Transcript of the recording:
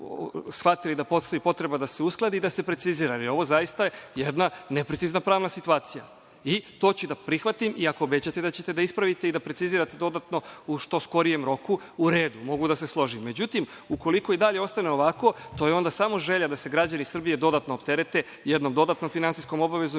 da postoji potreba da se uskladi da se precizira, ali ovo je zaista jedna neprecizna pravna situacija, i to ću da prihvatim, i ako obećate da ćete da ispravite i da precizirate dodatno, u što skorijem roku, u redu, mogu da se složim.Međutim, ukoliko i dalje ostane ovako, to je onda samo želja da se građani Srbije dodatno opterete, jednom dodatnom finansijskom obavezom,